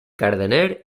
cardener